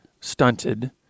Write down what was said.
stunted